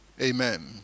Amen